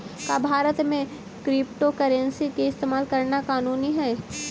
का भारत में क्रिप्टोकरेंसी के इस्तेमाल करना कानूनी हई?